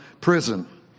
prison